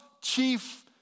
chief